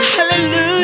Hallelujah